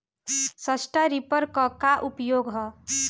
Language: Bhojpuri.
स्ट्रा रीपर क का उपयोग ह?